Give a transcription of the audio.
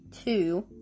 two